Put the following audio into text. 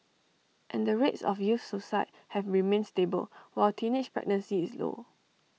and the rates of youth suicide have remained stable while teenage pregnancy is low